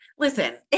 Listen